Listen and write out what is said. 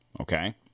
okay